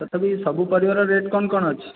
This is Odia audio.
ତଥାପି ସବୁ ପରିବାରର ରେଟ୍ କ'ଣ କ'ଣ ଅଛି